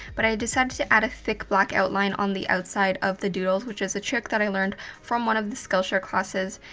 but i decided to add a thick black outline on the outside of the doodles, which is a trick that i learned from one of the skillshare classes.